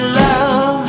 love